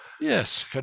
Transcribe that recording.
Yes